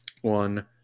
one